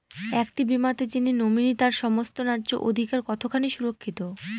একটি বীমাতে যিনি নমিনি তার সমস্ত ন্যায্য অধিকার কতখানি সুরক্ষিত?